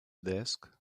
desk